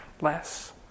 less